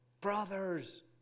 Brothers